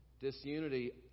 Disunity